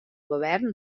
govern